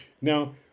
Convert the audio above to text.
now